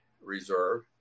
Reserve